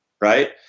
Right